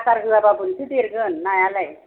आदार होआबा बोरैथो देगोन नायालाय